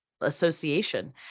association